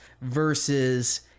versus